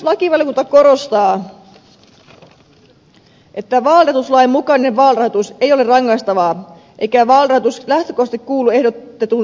lakivaliokunta korostaa myös että vaalirahoituslain mukainen vaalirahoitus ei ole rangaistavaa eikä vaalirahoitus lähtökohtaisesti kuulu ehdotetun rangaistussäännöksen alaan